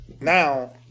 now